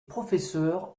professeurs